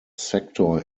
sector